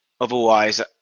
otherwise